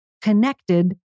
connected